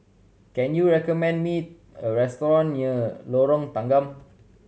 can you recommend me a restaurant near Lorong Tanggam